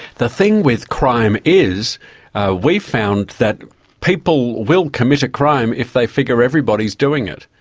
the thing with crime is we found that people will commit a crime if they figure everybody is doing it.